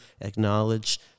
acknowledge